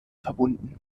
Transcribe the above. verbunden